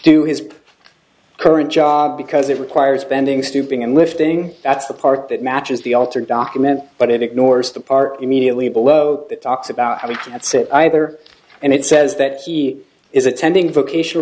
to his current job because it requires bending stooping and lifting that's the part that matches the altered document but it ignores the part immediately below that talks about i mean that's it either and it says that he is attending vocational